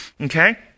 okay